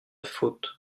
faute